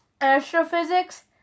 Astrophysics